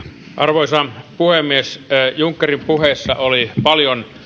arvoisa puhemies junckerin puheessa oli paljon